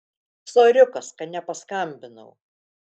soriukas kad nepaskambinau